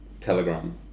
Telegram